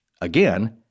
Again